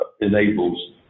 enables